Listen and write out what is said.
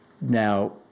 Now